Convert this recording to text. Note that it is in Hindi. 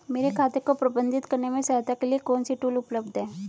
मेरे खाते को प्रबंधित करने में सहायता के लिए कौन से टूल उपलब्ध हैं?